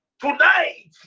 Tonight